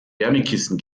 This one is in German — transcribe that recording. wärmekissen